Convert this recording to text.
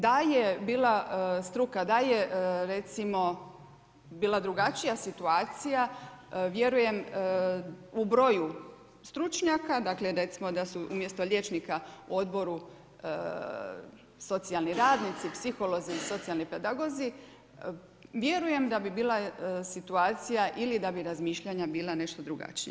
Da je bila struka, da je recimo, bila drugačija situacija, vjerujem, u broju stručnjaka, dakle, recimo da su umjesto liječnika u odboru socijalni radnici, psiholozi i socijalni pedagozi, vjerujem da bi bila situacija ili da bi razmišljanja bila nešto drugačija.